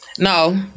No